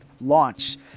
Launch